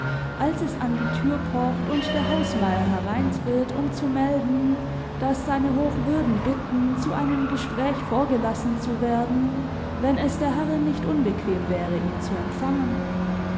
als es an die tür pocht und der hausmeier hereintritt um zu melden daß seine hochwürden bitten zu einem gespräch vorgelassen zu werden wenn es der herrin nicht unbequem wäre ihn zu empfangen